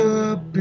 up